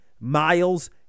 Miles